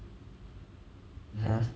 !huh!